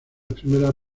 primeras